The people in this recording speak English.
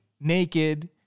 naked